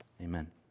Amen